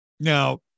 Now